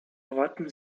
rotten